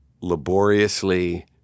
laboriously